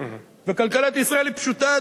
וכלכלת ישראל היא פשוטה,